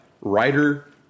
writer